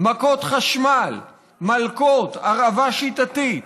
מכות חשמל, מלקות, הרעבה שיטתית.